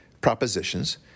propositions